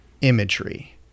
imagery